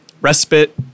respite